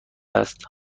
است